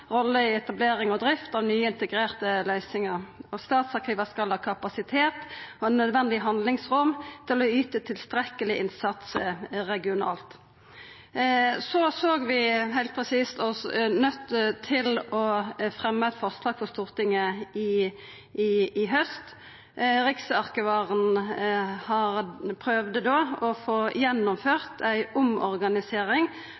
rolle i etablering og drift av nye, integrerte løysingar. Statsarkiva skal ha kapasitet og nødvendig handlingsrom til å yta tilstrekkeleg innsats regionalt. Vi såg oss nøydde til – heilt presist – å fremja eit forslag for Stortinget i haust. Riksarkivaren prøvde da å få